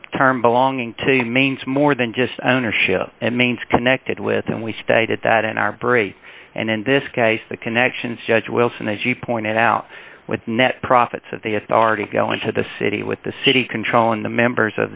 the term belonging to mainz more than just ownership and means connected with and we stated that in our brief and in this case the connections judge wilson as you point it out with net profits of the authority go into the city with the city controlling the members